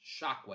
Shockwave